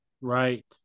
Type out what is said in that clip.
Right